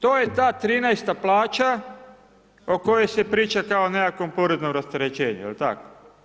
To je ta 13 plaća o kojoj se priča kao nekakvom poreznom rasterećenju, jel tak?